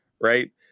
right